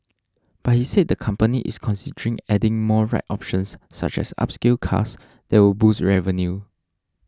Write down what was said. but he said the company is considering adding more red options such as upscale cars that would boost revenue